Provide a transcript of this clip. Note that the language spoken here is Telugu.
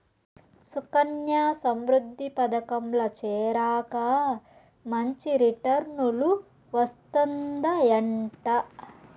సుకన్యా సమృద్ధి పదకంల చేరాక మంచి రిటర్నులు వస్తందయంట